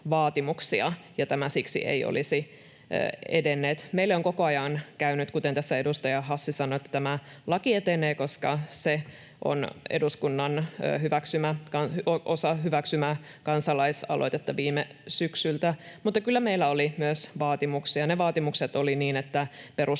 tämä ei siksi olisi edennyt. Meille on koko ajan käynyt, kuten tässä edustaja Hassi sanoi, että tämä laki etenee, koska se on osa eduskunnan hyväksymää kansalaisaloitetta viime syksyltä, mutta kyllä meillä oli myös vaatimuksia. Ne vaatimukset olivat, että perustetaan meidän